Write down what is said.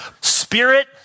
Spirit